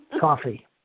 coffee